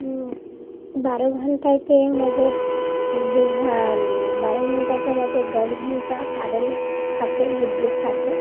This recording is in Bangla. বারো ঘণ্টাতে আমাদের দুঘা বারো ঘণ্টাতে আমাদের দশ ঘণ্টা কারেন্ট থাকে বিদ্যুৎ থাকে